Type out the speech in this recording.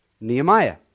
Nehemiah